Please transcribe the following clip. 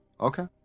Okay